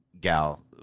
gal